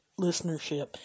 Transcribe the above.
listenership